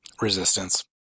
Resistance